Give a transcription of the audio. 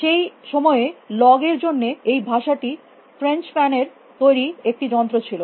সেই সময়ে লগ এর জন্য এই ভাষাটি ফ্রেন্চ প্যান এর তৈরী একটি যন্ত্র ছিল